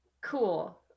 Cool